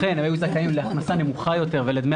לכן הם היו זכאים להכנסה נמוכה יותר ולדמי